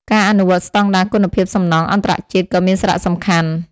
ការអនុវត្តស្តង់ដារគុណភាពសំណង់អន្តរជាតិក៏មានសារៈសំខាន់។